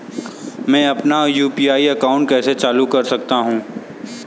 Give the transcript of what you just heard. मैं अपना UPI account कैसे चालू कर सकता हूँ?